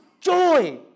joy